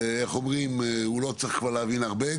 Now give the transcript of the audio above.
ואיך אומרים: הוא לא צריך כבר להבין הרבה שם.